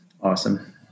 Awesome